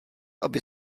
aby